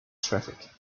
traffic